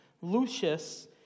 Lucius